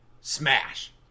Smash